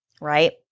right